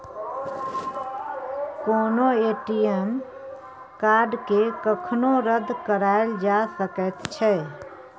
कोनो ए.टी.एम कार्डकेँ कखनो रद्द कराएल जा सकैत छै